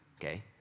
Okay